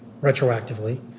retroactively